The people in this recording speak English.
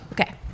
Okay